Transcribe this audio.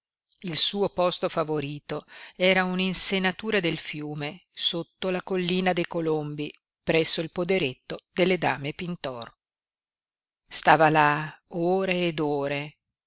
il suo posto favorito era una insenatura del fiume sotto la collina dei colombi presso il poderetto delle dame pintor stava là ore ed ore